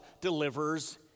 delivers